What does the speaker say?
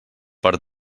per